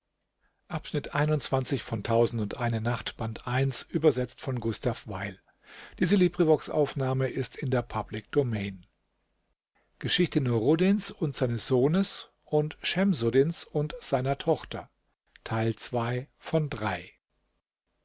und seines sohnes und schemsuddins und seiner tochter